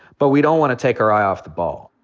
but we don't want to take our eye off the ball.